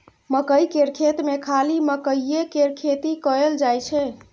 मकई केर खेत मे खाली मकईए केर खेती कएल जाई छै